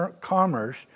commerce